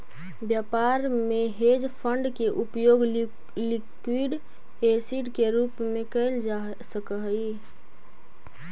व्यापार में hedge fund के उपयोग लिक्विड एसिड के रूप में कैल जा सक हई